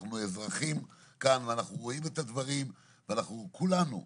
אנחנו אזרחים כאן ואנחנו רואים את הדברים ואנחנו כולנו,